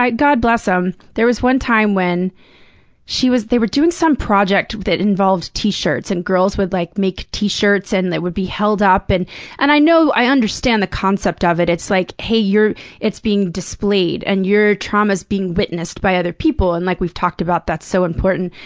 god bless em. there was one time when she was they were doing some project that involved t-shirts, and girls would, like, make t-shirts and they would be held up, and and i know i understand the concept of it. it's like, hey, your it's being displayed and your trauma's being witnessed by other people, and like we've talked about, that's so important.